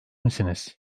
misiniz